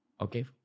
Okay